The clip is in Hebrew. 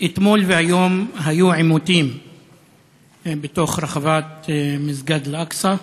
אתמול והיום היו עימותים בתוך רחבת מסגד אל-אקצא.